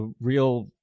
real